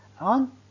on